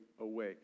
away